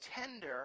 tender